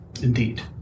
Indeed